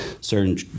certain